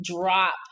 drop